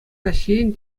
раҫҫейӗн